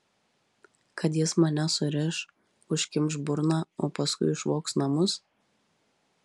kad jis mane suriš užkimš burną o paskui išvogs namus